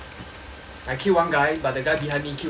I killed one guy but the guy behind me killed me you know